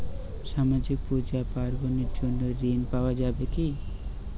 সামাজিক পূজা পার্বণ এর জন্য ঋণ পাওয়া যাবে কি?